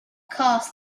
course